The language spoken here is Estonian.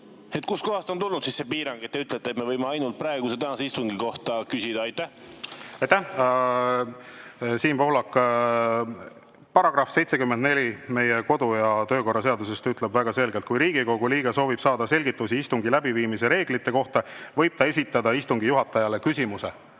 Kust kohast on tulnud see piirang, nagu te ütlete, et me võime ainult praeguse, tänase istungi kohta küsida? Aitäh, Siim Pohlak! Paragrahv 74 meie kodu‑ ja töökorra seaduses ütleb väga selgelt, et kui Riigikogu liige soovib saada selgitust istungi läbiviimise reeglite kohta, võib ta esitada istungi juhatajale küsimuse.